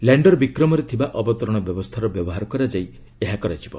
lander ବିକ୍ମରେ ଥିବା ଅବତରଣ ବ୍ୟବସ୍ଥାର ବ୍ୟବହାର କରାଯାଇ ଏହା କରାଯିବ